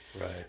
right